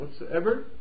whatsoever